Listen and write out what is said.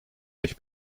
mich